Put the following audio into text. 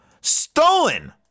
stolen